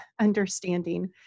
understanding